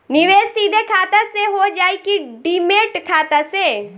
निवेश सीधे खाता से होजाई कि डिमेट खाता से?